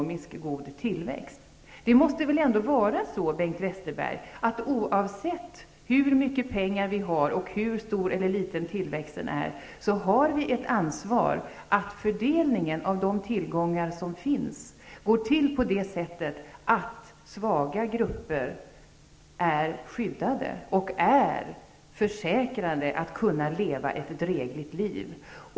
Måste det inte ändå vara så, Bengt Westerberg, att vi, oavsett mängden pengar och oavsett storleken på tillväxten, har ett ansvar för att fördelningen av befintliga tillgångar sker på det sättet att svaga grupper skyddas och försäkras ett drägligt liv.